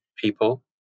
people